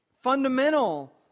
fundamental